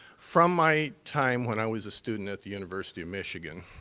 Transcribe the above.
from my time when i was a student at the university of michigan,